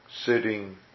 sitting